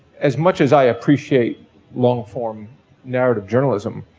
as much as i appreciate long form narrative journalism,